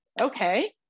okay